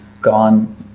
gone